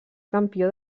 campió